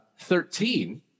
Thirteen